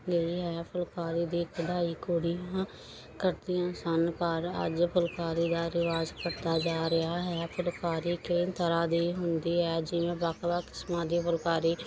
ਗਈ ਹੈ ਫੁਲਕਾਰੀ ਦੀ ਕਢਾਈ ਕੁੜੀਆਂ ਕੱਢਦੀਆਂ ਸਨ ਪਰ ਅੱਜ ਫੁਲਕਾਰੀ ਦਾ ਰਿਵਾਜ਼ ਘਟਦਾ ਜਾ ਰਿਹਾ ਹੈ ਫੁਲਕਾਰੀ ਕਈ ਤਰ੍ਹਾਂ ਦੀ ਹੁੰਦੀ ਹੈ ਜਿਵੇਂ ਵੱਖ ਵੱਖ ਕਿਸਮਾਂ ਦੀ ਫੁਲਕਾਰੀ